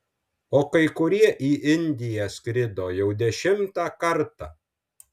o kai kurie į indiją skrido jau dešimtą kartą